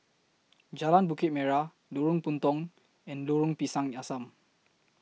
Jalan Bukit Merah Lorong Puntong and Lorong Pisang Asam